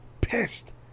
Pissed